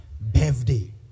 birthday